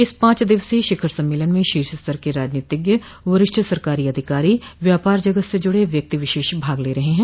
इस पांच दिवसीय शिखर सम्मेलन में शीर्ष स्तर के राजनीतिज्ञ वरिष्ठ सरकारी अधिकारी व्यापार जगत से जुड़े व्यक्ति विशेष भाग ले रहे हैं